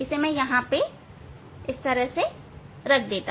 मैं इसे यहां रखता हूं